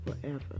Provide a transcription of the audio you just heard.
forever